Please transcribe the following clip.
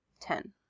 Ten